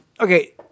Okay